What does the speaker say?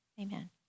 Amen